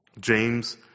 James